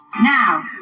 now